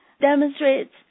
demonstrates